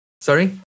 Sorry